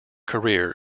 career